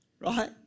Right